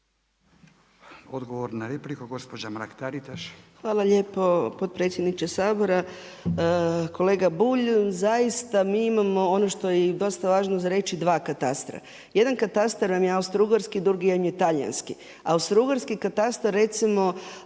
**Mrak-Taritaš, Anka (Nezavisni)** Hvala lijepo potpredsjedniče Sabora. Kolega Bulj, zaista mi imamo ono što je i dosta važno za reći, dva katastra. Jedan katastar vam je austro-ugarski, drugi je talijanski. Austro-ugarski katastar recimo,